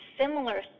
similar